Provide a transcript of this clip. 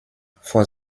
vor